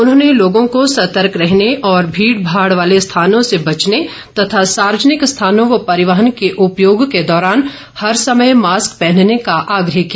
उन्होंने लोगों को सतर्क रहने और भीड भाड़ वाले स्थानों से बचने तथा सार्वजनिक स्थानों व परिवहन के उपयोग के दौरान हर समय मास्क पहनने का आग्रह किया